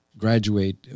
Graduate